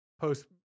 post